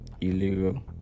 Illegal